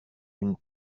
une